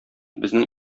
безнең